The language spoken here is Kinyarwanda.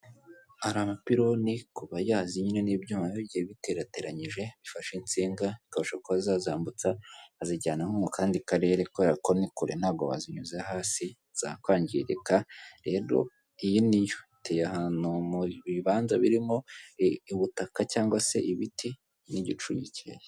Hari abapironi ku bayazi nyine ni ibyuma biba bigiye biterateranyije, bifashe insinga bakabasha kuba bazambutsa, bazijyana nko mu kandi karere, kubera ko ni kure ntabwo bazinyuze hasi zakwangirika, rero iyi niyo iteye ahantu mu bibanza birimo ubutaka, cyangwa se ibiti n'igicu gikeye.